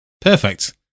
perfect